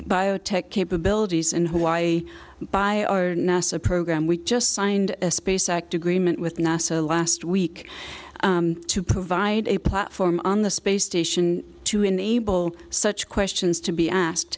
biotech capabilities in hawaii by our nasa program we just signed a space act agreement with nasa last week to provide a platform on the space station to enable such questions to be asked